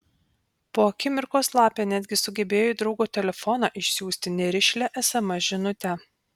po akimirkos lapė netgi sugebėjo į draugo telefoną išsiųsti nerišlią sms žinutę